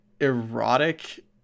erotic